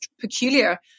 peculiar